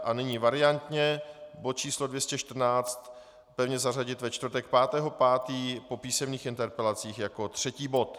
A nyní variantně bod číslo 214 pevně zařadit ve čtvrtek 5. 5. po písemných interpelacích jako třetí bod.